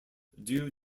due